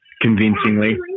convincingly